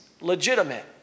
legitimate